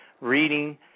reading